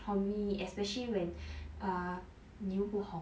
for me especially when err 你又不红